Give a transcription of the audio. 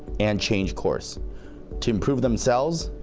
and change course to improve themselves,